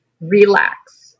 relax